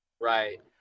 Right